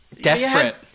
Desperate